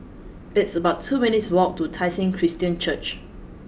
it's about two minutes' walk to Tai Seng Christian Church